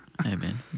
Amen